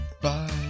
bye